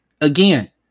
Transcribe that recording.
again